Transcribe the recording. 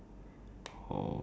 backlash is it